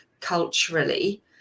Culturally